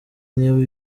niba